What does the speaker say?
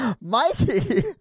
Mikey